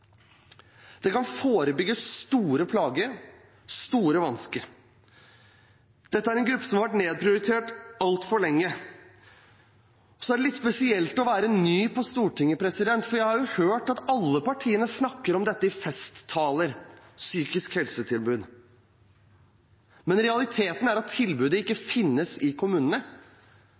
Det kan forebygge store plager, store vansker. Dette er en gruppe som har vært nedprioritert altfor lenge. Det er litt spesielt å være ny på Stortinget, for jeg har hørt at alle partiene snakker om dette i festtaler – psykisk helsetilbud – men realiteten er at tilbudet ikke finnes i kommunene.